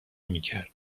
میکرد